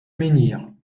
menhir